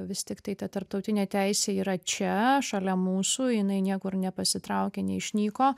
vis tiktai ta tarptautinė teisė yra čia šalia mūsų jinai niekur nepasitraukė neišnyko